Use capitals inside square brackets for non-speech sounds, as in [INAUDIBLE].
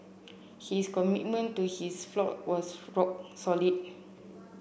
his commitment to his flock was [UNINTELLIGIBLE] rock solid